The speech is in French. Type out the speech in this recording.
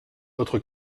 votre